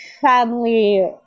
family